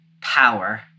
power